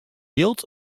jild